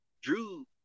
Drew